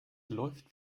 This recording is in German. läuft